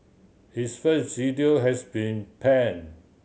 his first video has been pan